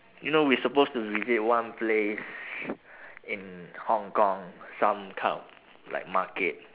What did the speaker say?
you know we supposed to visit one place in hong kong some kind of like market